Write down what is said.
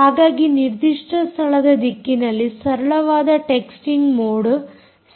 ಹಾಗಾಗಿ ನಿರ್ದಿಷ್ಟ ಸ್ಥಳದ ದಿಕ್ಕಿನಲ್ಲಿ ಸರಳವಾದ ಟೆಕ್ಸ್ಟಿಂಗ್ ಮೋಡ್